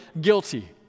guilty